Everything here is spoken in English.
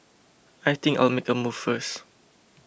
I think I'll make a move first